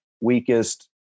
weakest